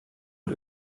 und